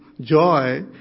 joy